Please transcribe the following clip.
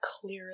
clear